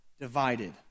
divided